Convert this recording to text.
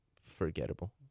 forgettable